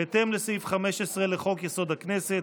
בהתאם לסעיף 15 לחוק-יסוד: הכנסת,